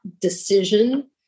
decision